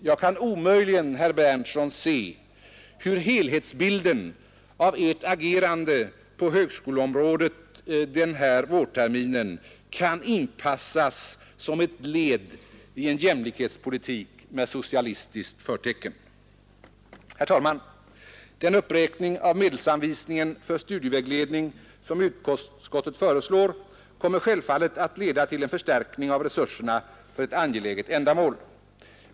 Jag kan omöjligen, herr Berndtson, se hur helhetsbilden av ert agerande på högskoleområdet denna vårtermin kan inpassas såsom ett led i en jämlikhetspolitik med socialistiskt förtecken. Herr talman! Den uppräkning av medelsanvisningen för studievägledning som utskottet föreslår kommer självfallet att leda till en förstärkning av resurserna för ett angeläget ändamål.